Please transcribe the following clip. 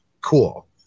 Cool